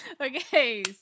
Okay